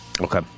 Okay